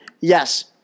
Yes